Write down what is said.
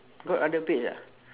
got other page ah